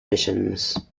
missions